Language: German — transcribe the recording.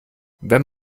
wenn